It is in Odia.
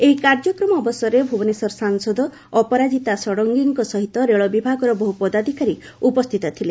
ଏହି କାର୍ଯ୍ୟକ୍ରମ ଅବସରେ ଭୁବନେଶ୍ୱର ସାଂସଦ ଅପରାଜିତା ଷଡଙ୍ଗୀଙ୍କ ସହିତ ରେଳବିଭାଗର ବହୁପଦାଧ୍କାରୀ ଉପସ୍ଥିତ ଥିଲେ